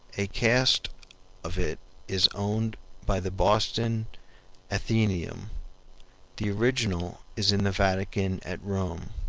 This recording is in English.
a cast of it is owned by the boston athenaeum the original is in the vatican at rome.